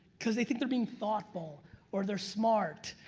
because they think they're being thoughtful or they're smart.